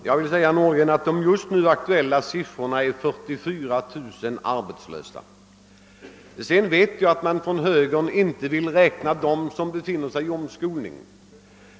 Herr talman! De nu aktuella siffrorna upplyser om att vi har 44 000 arbetslösa, herr Nordgren. Jag vet emellertid att man i högerpartiet också vill räkna in dem som går på omskolning.